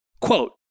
Quote